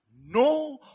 No